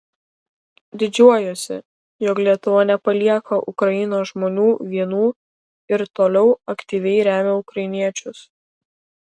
didžiuojuosi jog lietuva nepalieka ukrainos žmonių vienų ir toliau aktyviai remia ukrainiečius